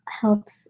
helps